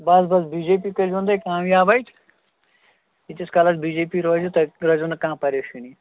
بس بس B J P کٔرۍزِہون تُہۍ کامیاب اَتہِ ییٖتِس کالَس بی جے پی روزِ تۄہہِ تہِ روزیو نہٕ کانٛہہ پَریشٲنی